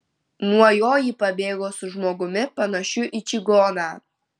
nuo jo ji pabėgo su žmogumi panašiu į čigoną